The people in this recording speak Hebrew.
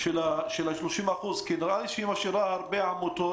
של 30%. נראה לי שהיא משאירה הרבה עמותות